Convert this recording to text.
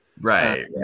right